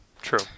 True